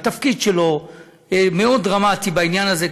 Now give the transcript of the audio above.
התפקיד שלו מאוד דרמטי בעניין הזה,